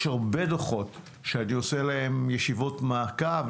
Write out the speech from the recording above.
יש הרבה דוחות שאני עושה להם ישיבות מעקב,